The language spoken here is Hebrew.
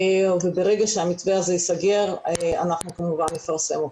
וברגע שהמתווה הזה ייסגר, אנחנו כמובן נפרסם אותו.